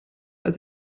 als